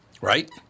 right